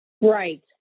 Right